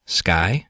sky